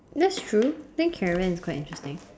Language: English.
that's true I think caravan is quite interesting